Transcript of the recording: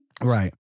Right